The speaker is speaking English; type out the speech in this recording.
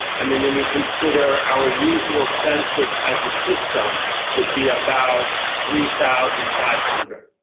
i mean, when you consider our usual census as a system would be about three thousand five hundred.